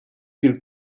dil